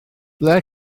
ble